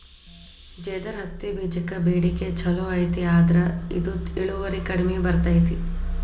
ಜೇದರ್ ಹತ್ತಿಬೇಜಕ್ಕ ಬೇಡಿಕೆ ಚುಲೋ ಐತಿ ಆದ್ರ ಇದು ಇಳುವರಿ ಕಡಿಮೆ ಬರ್ತೈತಿ